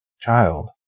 child